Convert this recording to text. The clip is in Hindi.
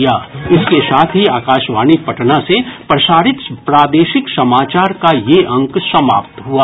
इसके साथ ही आकाशवाणी पटना से प्रसारित प्रादेशिक समाचार का ये अंक समाप्त हुआ